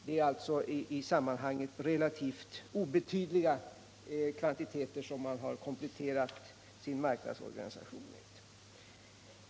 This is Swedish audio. Det är alltså i sammanhanget relativt obetydliga kvantiteter som man har kompletterat sin marknadsorganisation med.